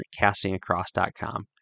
castingacross.com